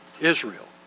Israel